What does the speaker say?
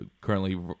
currently